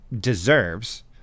deserves